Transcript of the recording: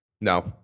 No